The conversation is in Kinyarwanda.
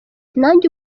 nanjye